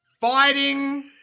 Fighting